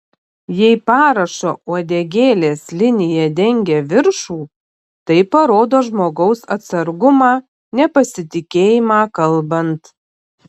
jei parašo uodegėlės linija dengia viršų tai parodo žmogaus atsargumą nepasitikėjimą kalbant